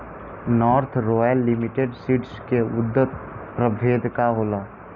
North Royal Limited Seeds के उन्नत प्रभेद का होला?